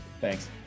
Thanks